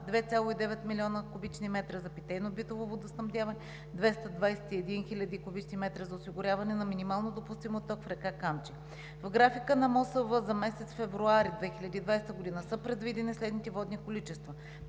2,9 млн. куб. м за питейно-битово водоснабдяване, 221 хил. куб. м за осигуряване на минимално допустим отток в река Камчия. В графика на МОСВ за месец февруари 2020 г. са предвидени следните водни количества: